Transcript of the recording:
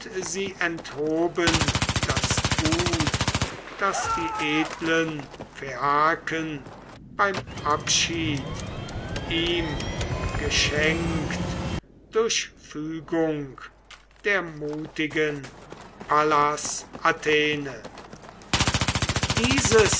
sie enthoben das gut das die edlen phaiaken beim abschied ihm geschenkt durch fügung der mutigen pallas athene